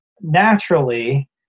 naturally